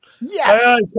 Yes